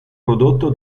prodotto